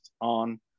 on